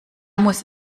muss